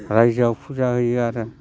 रायजोआव फुजा होयो आरो